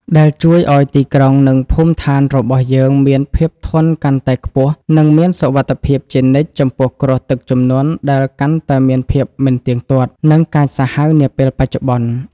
ដែលជួយឱ្យទីក្រុង និងភូមិឋានរបស់យើងមានភាពធន់កាន់តែខ្ពស់ និងមានសុវត្ថិភាពជានិច្ចចំពោះគ្រោះទឹកជំនន់ដែលកាន់តែមានភាពមិនទៀងទាត់ និងកាចសាហាវនាពេលបច្ចុប្បន្ន។